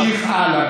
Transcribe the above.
נמשיך הלאה.